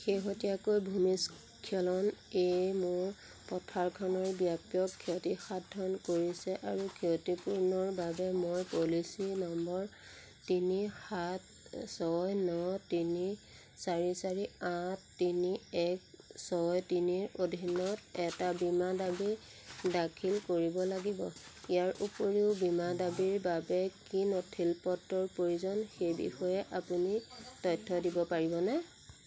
শেহতীয়াকৈ ভূমিস্খলনে মোৰ পথাৰখনৰ ব্যাপক ক্ষতিসাধন কৰিছে আৰু ক্ষতিপূৰণৰ বাবে মই পলিচী নম্বৰ তিনি সাত ছয় ন তিনি চাৰি চাৰি আঠ তিনি এক ছয় তিনিৰ অধীনত এটা বীমা দাবী দাখিল কৰিব লাগিব ইয়াৰ উপৰিও বীমা দাবীৰ বাবে কি নথিপত্ৰৰ প্ৰয়োজন সেই বিষয়ে আপুনি তথ্য দিব পাৰিবনে